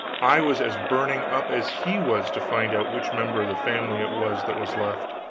i was as burning up as he was to find out which member of the family it was that was left.